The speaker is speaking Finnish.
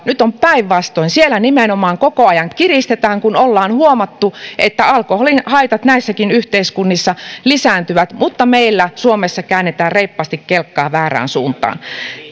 nyt on päinvastoin siellä nimenomaan koko ajan kiristetään kun ollaan huomattu että alkoholin haitat näissäkin yhteiskunnissa lisääntyvät mutta meillä suomessa käännetään reippaasti kelkkaa väärään suuntaan